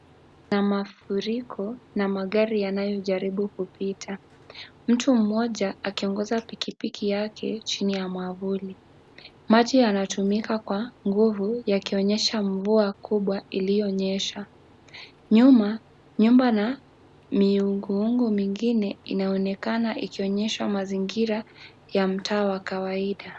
Kuna mafuriko na magari yanayojaribu kupita. Mtu mmoja akiongoza pikipiki yake chini ya mwavuli. Maji yanatumika kwa nguvu yakionyesha mvua kubwa iliyonyesha. Nyuma nyumba la miungoungo mingine inaonekana ikionyeshwa mazingira ya mtaa ya kawaida.